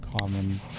common